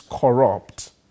corrupt